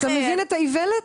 אתה מבין את האיוולת?